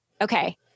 okay